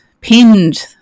pinned